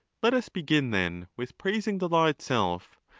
let us begin, then, with praising the law itself,